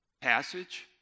passage